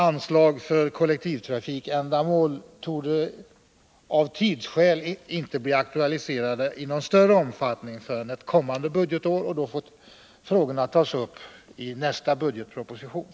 Anslag för kollektivtrafikändamål torde av tidsskäl inte bli aktualiserade i någon större omfattning förrän ett kommande budgetår, och då får frågorna tas upp i tillämplig budgetproposition.